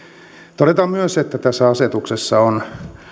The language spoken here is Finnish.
todetaan myös että tässä asetuksessa on